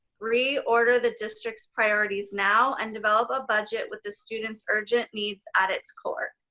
reorder the district's priorities now and develop a budget with the students urgent needs at its core.